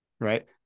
right